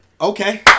Okay